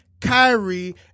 Kyrie